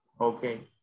Okay